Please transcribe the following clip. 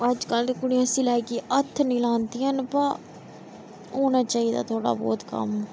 अज्जकल कुड़ियां सलाई गी हत्थ नी लांदियां प औना चाहिदा थोह्ड़ा बोह्त कम्म